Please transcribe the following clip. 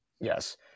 Yes